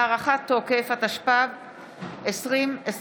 הארכת תוקף), התשפ"ב 2021,